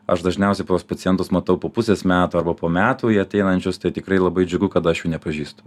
aš dažniausiai tuos pacientus matau po pusės metų arba po metų ateinančius tai tikrai labai džiugu kad aš jų nepažįstu